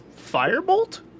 Firebolt